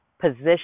position